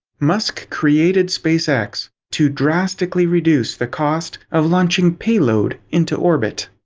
musk created spacex to drastically reduce the cost of launching payload into orbit.